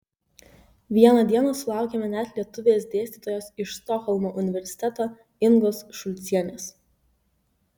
vieną dieną sulaukėme net lietuvės dėstytojos iš stokholmo universiteto ingos šulcienės